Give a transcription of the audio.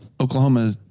Oklahoma